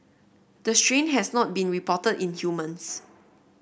the strain has not been reported in humans